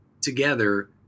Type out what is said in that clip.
together